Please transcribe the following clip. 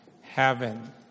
heaven